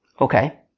Okay